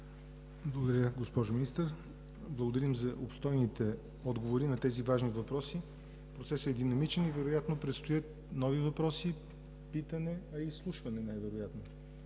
Благодаря, госпожо Министър. Благодарим за обстойните отговори на тези важни въпроси. Процесът е динамичен и вероятно предстоят нови въпроси, питане, а и изслушване най-вероятно